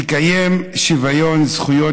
במגילת העצמאות: "תקיים שוויון זכויות